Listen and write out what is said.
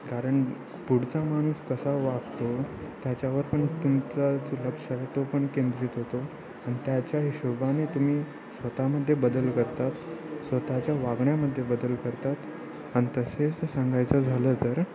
कारण पुढचा माणूस कसा वागतो त्याच्यावर पण तुमचा जो लक्ष तो पण केंद्रित होतो आणि त्याच्या हिशोबाने तुम्ही स्वत मध्ये बदल करतात स्वतःच्या वागण्यामध्ये बदल करतात आणि तसेच सांगायचं झालं तर